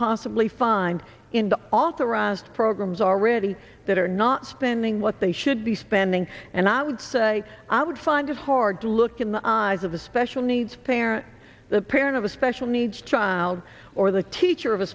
possibly find in the authorized programs already that are not spending what they should be spending and i would say i would find it hard to look in the eyes of a special needs parent the parent of a special needs child or the teacher of a